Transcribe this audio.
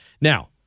Now